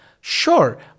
Sure